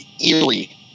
eerie